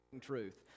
truth